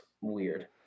weird